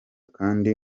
kandi